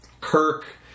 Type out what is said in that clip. Kirk